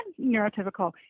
neurotypical